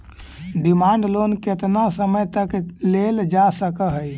demand loan केतना समय तक लेल जा सकऽ हई